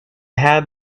had